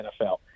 NFL